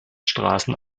straßen